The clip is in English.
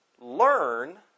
learn